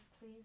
Please